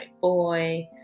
boy